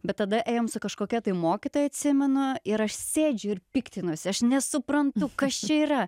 bet tada ėjom su kažkokia tai mokytoja atsimenu ir aš sėdžiu ir piktinuosi aš nesuprantu kas čia yra